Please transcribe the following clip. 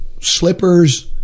Slippers